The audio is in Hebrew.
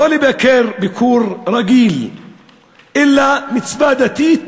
לא ביקור רגיל אלא מצווה דתית,